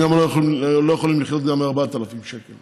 הם גם לא יכולים לחיות מ-4,000 שקל.